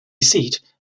seat